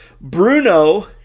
Bruno